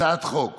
הצעת חוק